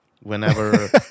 Whenever